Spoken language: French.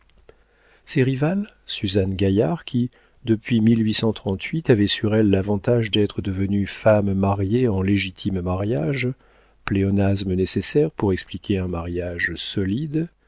ses rivales suzanne gaillard qui depuis avait sur elle l'avantage d'être devenue femme mariée en légitime mariage pléonasme nécessaire pour expliquer un mariage solide